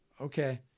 Okay